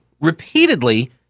repeatedly